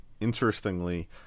interestingly